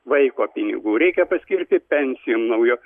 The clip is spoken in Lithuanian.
vaiko pinigų reikia paskirti pensijom naujom